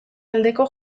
aldeko